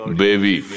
baby